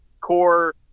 core